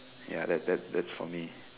ya that that that's for me